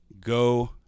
go